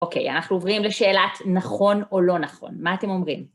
אוקיי, אנחנו עוברים לשאלת נכון או לא נכון. מה אתם אומרים?